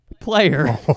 Player